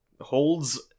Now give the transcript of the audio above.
holds